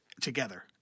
together